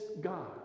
God